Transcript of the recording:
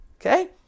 Okay